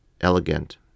elegant